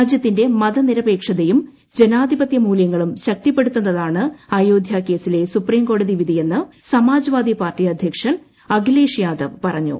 രാജ്യത്തിന്റെ മതനിരപേക്ഷതയും ജനാധിപത്യ മൂല്യങ്ങളും ശക്തിപ്പെടുത്തുന്ന്താണ് അയോധ്യാ കേസിലെ സുപ്രീംകോടതി വിധിയെന്ന് സമാജ്വാദി പാർട്ടി അധ്യക്ഷൻ അഖിലേഷ് യാദവ് പറഞ്ഞു